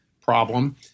problem